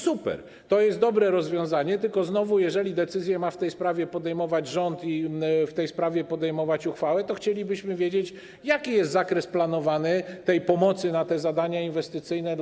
Super, to jest dobre rozwiązanie, tylko znowu: jeżeli decyzje w tej sprawie ma podejmować rząd i ma w tej sprawie podejmować uchwałę, to chcielibyśmy wiedzieć, jaki jest planowany zakres tej pomocy na te zadania inwestycyjne